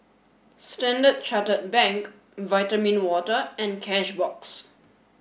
standard Chartered Bank Vitamin Water and Cashbox